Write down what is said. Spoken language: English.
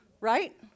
right